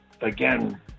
again